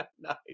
Nice